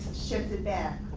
shifted back.